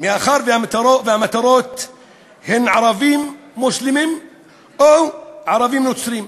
מאחר שהמטרות הן ערבים מוסלמים או ערבים נוצרים.